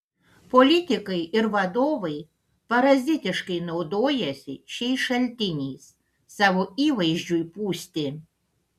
politikai ir vadovai parazitiškai naudojasi šiais šaltiniais savo įvaizdžiui pūsti